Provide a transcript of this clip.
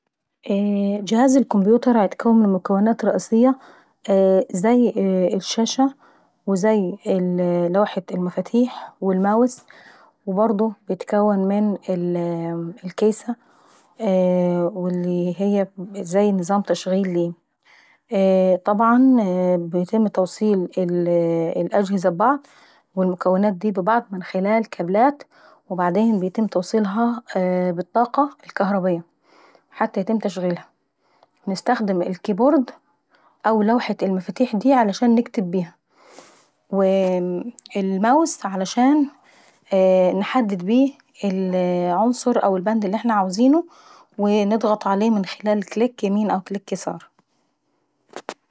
جهاز الكمبيوتر بتكون من مكونات رئيسية زي الشاشة وزي لوحة المفاتيح والماوس وبرضه بيتكون من الكيسة وهي نظام التشغيل. طبعا بيتم توصيل المكونات ببعض من خلال كابلات وبعدين يتم توصيلها بالطاقة الكهربائية. لحد ما يتم تشغيلها. وباستخدم الكيبورد عشان يتم تشغليهي، وباستخدم الماوس عشان انحدد العنصر او البند اللي عاوزينه ونضغط عليه من خلال كليك يمين او كليم شمال.